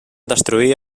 destruir